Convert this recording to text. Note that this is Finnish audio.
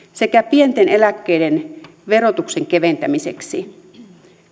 sekä pienten eläkkeiden verotuksen keventämiseksi